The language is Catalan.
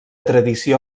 tradició